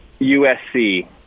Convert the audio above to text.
USC